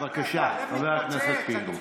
בבקשה, חבר הכנסת פינדרוס.